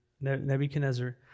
Nebuchadnezzar